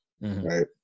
right